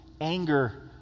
anger